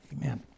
Amen